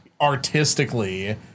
artistically